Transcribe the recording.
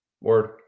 Word